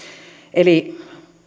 eli